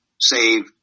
save